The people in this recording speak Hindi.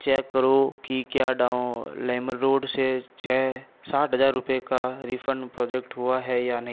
चेक करो कि क्या लेमन रोड से छः साठ हजार रुपये का रिफ़ंड प्रोजेक्ट हुआ है या नहीं